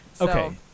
Okay